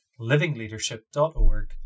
livingleadership.org